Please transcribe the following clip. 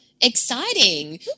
exciting